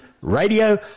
Radio